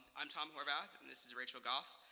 i'm tom horvath, and this is rachael goff,